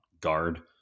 guard